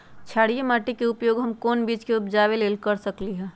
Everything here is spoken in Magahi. क्षारिये माटी के उपयोग हम कोन बीज के उपजाबे के लेल कर सकली ह?